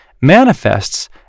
manifests